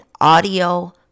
audio